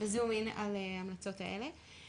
בזום אין על ההמלצות האלה.